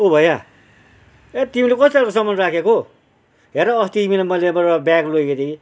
ओ भैया हैट तिमीले कस्तो खाले सामान राखेको हौ हेर अस्ती तिमीलाई मैले यहाँबाट ब्याग लगेको थिएँ